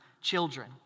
children